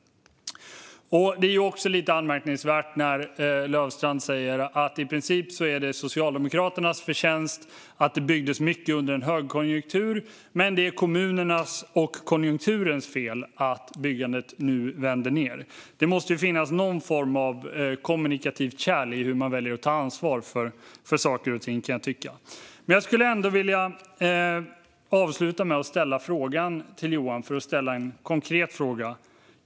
Det är också lite anmärkningsvärt när Löfstrand säger att det i princip är Socialdemokraternas förtjänst att det byggdes mycket under en högkonjunktur, men kommunernas och konjunkturernas fel att byggandet nu vänder ned. Det måste finnas någon form av kommunicerande kärl i hur man väljer att ta ansvar för saker och ting, kan jag tycka. Jag skulle vilja avsluta med att ställa en konkret fråga till Johan.